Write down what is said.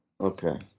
okay